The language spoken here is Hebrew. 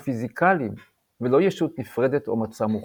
הפיזיקליים ולא ישות נפרדת או מצע מוחלט.